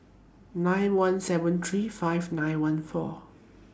nine one seven three five nine one four